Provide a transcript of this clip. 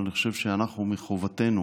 אבל אני חושב שאנחנו, מחובתנו